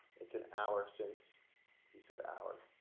it's an hour since he said hour.